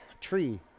Tree